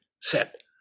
set